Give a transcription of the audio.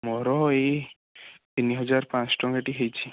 ମୋର ଏଇ ତିନିହଜାର ପାଞ୍ଚ ଶହ ଟଙ୍କାଟି ହେଇଛି